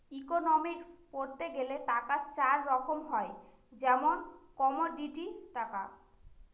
economics পড়তে গেলে টাকা চার রকম হয় যেমন কমোডিটি টাকা